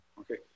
Okay